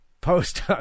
post